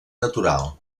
natural